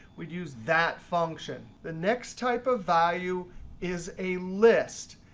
we'd use that function. the next type of value is a list.